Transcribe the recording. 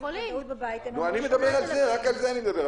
רק על זה אני מדבר,